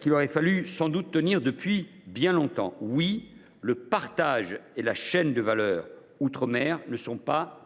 qu’il aurait fallu sans doute tenir depuis bien longtemps. Oui, le partage et la chaîne de valeur outre mer ne sont pas